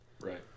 Right